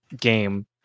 game